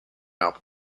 album